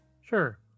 Sure